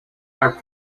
are